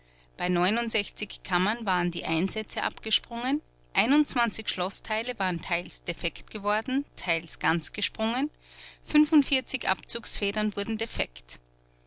bei kammern waren die einsätze abgesprungen schloßteile waren teils defekt geworden teils ganz gesprungen abzugsfedern wurden defekt